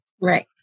Right